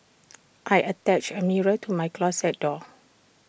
I attached A mirror to my closet door